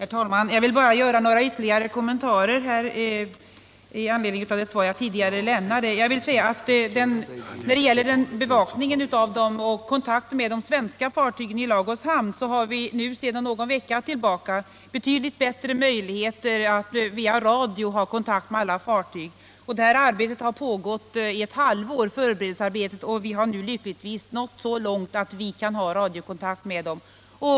Herr talman! Jag vill bara göra några ytterligare kommentarer i anslutning till det svar som jag lämnat. När det gäller bevakningen av och kontakten med de svenska fartygen i Lagos hamn, så har vi sedan någon vecka tillbaka betydligt bättre möjligheter att via radio hålla kontakt med alla fartyg. Förberedelsearbetet har pågått ett halvår, och vi har nu lyckligtvis nått så långt att vi kan ha radiokontakt med fartygen.